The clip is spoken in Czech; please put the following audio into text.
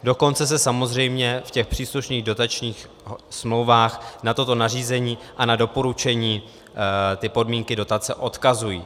Dokonce se samozřejmě v těch příslušných dotačních smlouvách na toto nařízení a na doporučení podmínky dotace odkazují.